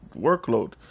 workload